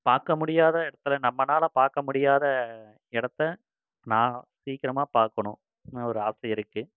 பார்க்கமுடியாத இடத்துல நம்மனால பார்க்க முடியாத இடத்த நான் சீக்கரமாக பார்க்கணும் ஒரு ஆசை இருக்குது